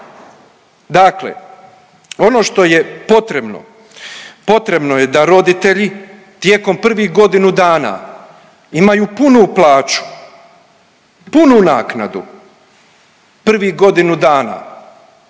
Dakle ono što je potrebno, potrebno je da roditelji tijekom prvih godinu dana imaju punu plaću, punu naknadu prvih godinu dana,